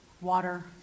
water